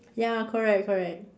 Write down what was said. ya correct correct